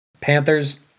Panthers